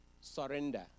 surrender